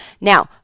Now